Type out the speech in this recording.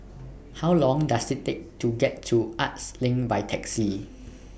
How Long Does IT Take to get to Arts LINK By Taxi